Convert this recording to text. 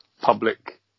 public